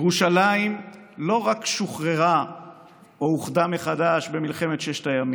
ירושלים לא רק שוחררה או אוחדה מחדש במלחמת ששת הימים,